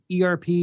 ERP